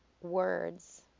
words